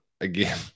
again